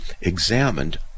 examined